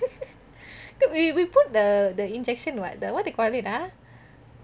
we we put the the injection what the what they call it ah